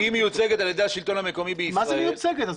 כי היא מיוצגת על-ידי השלטון המקומי בישראל- - היא לא מיוצגת.